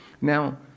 Now